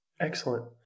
excellent